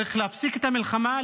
צריך להפסיק את המלחמה,